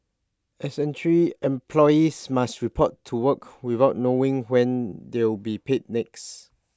employees must report to work without knowing when they'll be paid next